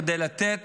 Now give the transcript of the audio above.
כדי לתת